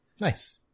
Nice